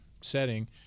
setting